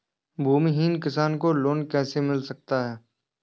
भूमिहीन किसान को लोन कैसे मिल सकता है?